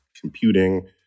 computing